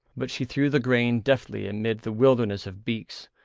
but she threw the grain deftly amid the wilderness of beaks,